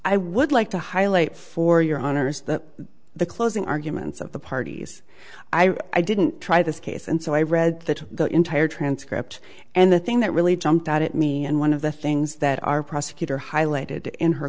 i would like to highlight for your honors that the closing arguments of the parties i didn't try this case and so i read that the entire transcript and the thing that really jumped out at me and one of the things that our prosecutor highlighted in her